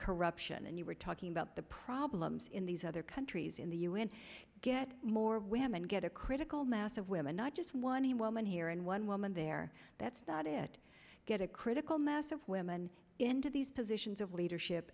corruption and you were talking about the problems in these other countries in the un get more women get a critical mass of women not just one he woman here and one woman there that's that it get a critical mass of women into these positions of leadership